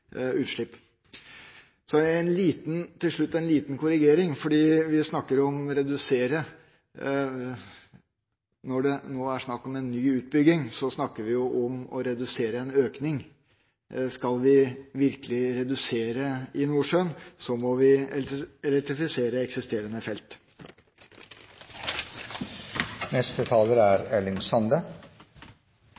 til slutt en liten korrigering når det gjelder å redusere. Når vi nå snakker om en ny utbygging, snakker vi om å redusere en økning. Skal vi virkelig redusere i Nordsjøen, må vi elektrifisere eksisterende felt. Eg registrerer at representanten Amundsen kategorisk slår fast at elektrifisering av norsk sokkel ikkje reduserer globale utslepp, berre nasjonale utslepp. Dette er